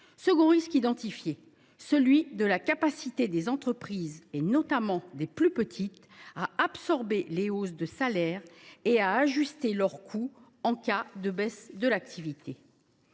Second risque identifié, celui de la capacité des entreprises, notamment des plus petites, à absorber les hausses de salaire et à ajuster leurs coûts en cas de baisse de l’activité.